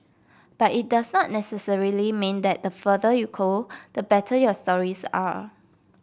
but it doesn't necessarily mean that the farther you go the better your stories are